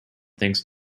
thinks